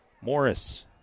Morris